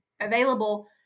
available